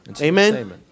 Amen